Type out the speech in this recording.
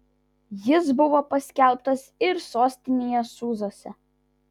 jis buvo paskelbtas ir sostinėje sūzuose